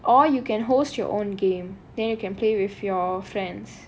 or you can host your own game then you can play with your friends